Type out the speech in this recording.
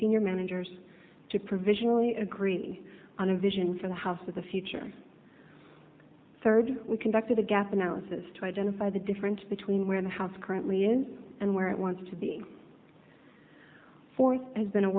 senior managers to provisionally agree on a vision for the house of the future third we conducted a gap analysis to identify the difference between where the house currently is and where it wants to be forth has been a